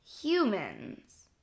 Humans